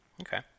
Okay